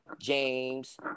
james